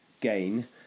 gain